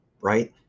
right